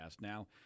Now